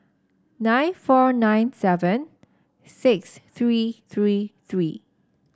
nine four nine seven six three three three